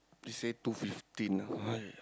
she say two fifteen ah !aiya!